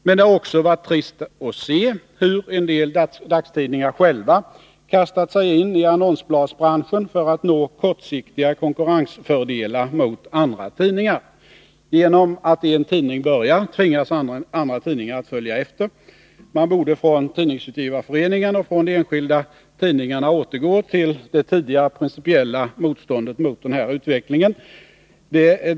Men det har också varit trist att se hur en del dagstidningar själva kastat sig in i annonsbladsbranschen för att nå kortsiktiga konkurrensfördelar mot andra tidningar. Genom att en tidning börjar, tvingas andra tidningar att följa efter. Tidningsutgivareföreningen och de enskilda tidningarna borde återgå till det tidigare principiella motståndet mot den här utvecklingen.